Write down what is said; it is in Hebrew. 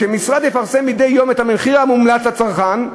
"שהמשרד יפרסם מדי יום את המחיר המומלץ לצרכן,